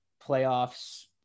playoffs